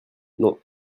non